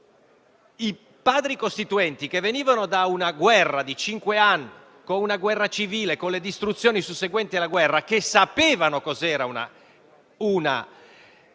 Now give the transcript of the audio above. i padri costituenti, che venivano da una guerra di cinque anni, con una guerra civile e con le distruzioni susseguenti alla guerra, che sapevano cos'era un